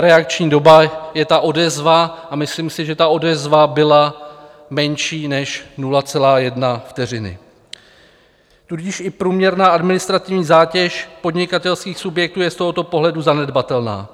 reakční doba je ta odezva a myslím si, že ta odezva byla menší než 0,1 vteřiny, tudíž i průměrná administrativní zátěž podnikatelských subjektů je z tohoto pohledu zanedbatelná.